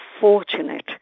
fortunate